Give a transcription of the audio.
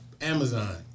Amazon